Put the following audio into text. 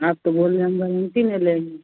आप तो बोल रहे हम गारंटी नहीं लेंगे